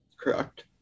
Correct